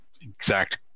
exact